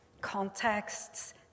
contexts